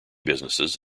businesses